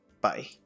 Bye